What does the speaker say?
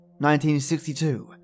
1962